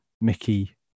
Mickey